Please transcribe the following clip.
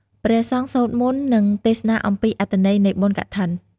ព្រះសង្ឃសូត្រមន្ត និងទេសនាអំពីអត្ថន័យនៃបុណ្យកឋិន។